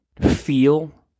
feel